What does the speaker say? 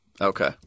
Okay